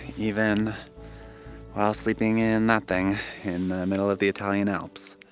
even while sleeping in that thing in the middle of the italian alps.